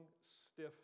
stiff